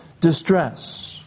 distress